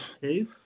two